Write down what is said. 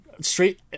straight